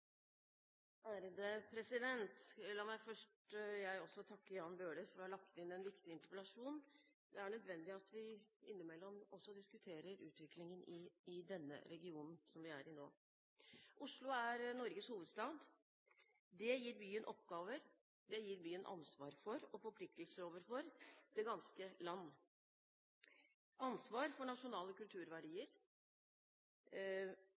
La meg først også takke Jan Bøhler for å ha lagt inn en viktig interpellasjon. Det er nødvendig at vi innimellom også diskuterer utviklingen i denne regionen som vi er i nå. Oslo er Norges hovedstad. Det gir byen oppgaver. Det gir byen ansvar for og forpliktelser overfor det ganske land: ansvar for nasjonale